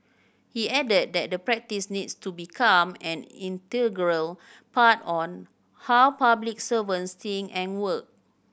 he added that the practice needs to become an integral part on how public servants think and work